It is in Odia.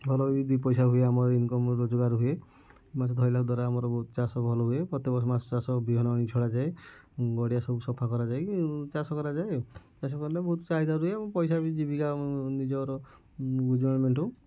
ଭଲ ବି ଦି ପଇସା ହୁଏ ଆମର ଇନ୍କମ୍ ରୋଜଗାର ହୁଏ ମାଛ ଧରିଲା ଦ୍ବାରା ଆମର ବହୁତ ଚାଷ ଭଲ ହୁଏ ପ୍ରତି ବର୍ଷ ମାଛ ଚାଷ ବିହନ ଛଡାଯାଏ ଗଡ଼ିଆ ସବୁ ସଫା କରା ଯାଇକି ଚାଷ କରାଯାଏ ଆଉ ଚାଷ କଲେ ବି ବହୁତ ଚାହିଦା ବି ରୁହେ ଜୀବିକା ବି ନିଜର ଗୁଜୁରାଣ ମେଣ୍ଟାଉ